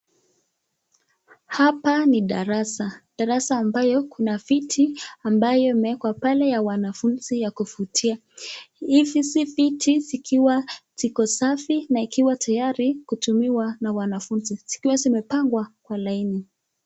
Hapa ni darasa darasa ambayo kuna viti ambayo imewekwa pale ya wanafunzi ya kuvutia ,hivi si viti zikiwa ziko safi na ikiwa tayari kutumiwa na wanafunzi zikiwa zimepangwa kwa laini.